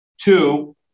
Two